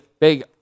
big